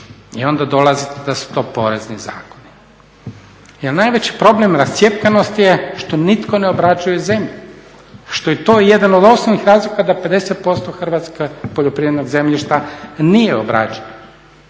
I onda dolazite da su to porezni zakoni. Jer najveći problem rascjepkanosti je što nitko ne obrađuje zemlju, što je to jedan od osnovnih razlika da 50% hrvatskog poljoprivrednog zemljišta nije obrađeno